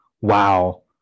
Wow